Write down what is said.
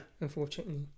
unfortunately